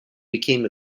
became